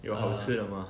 有好吃的吗